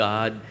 God